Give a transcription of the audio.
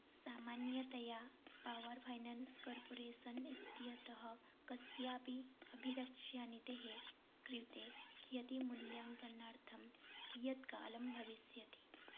सामान्यतया Power Finance Corporation इत्यतः कस्यापि अभिरक्ष्यनीतेः कृते कियति मुल्याङ्कनार्थं कियत्कालं भविष्यति